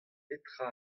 petra